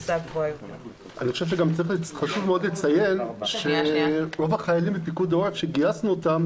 --- חשוב לציין שרוב החיילים מפיקוד העורף שגייסנו אותם,